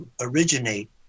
originate